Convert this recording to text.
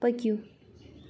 پٔکِو